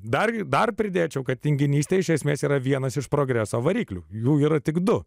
dargi dar pridėčiau kad tinginystė iš esmės yra vienas iš progreso variklių jų yra tik du